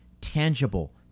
tangible